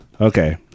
Okay